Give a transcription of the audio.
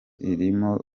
irimo